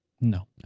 No